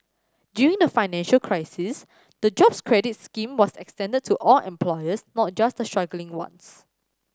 during the financial crisis the Jobs Credit scheme was extended to all employers not just the struggling ones